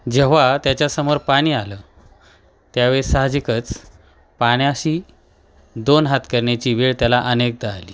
जेव्हा त्याच्यासमोर पाणी आलं त्यावेळी साहजिकच पाण्याशी दोन हात करण्याची वेळ त्याला अनेकदा आली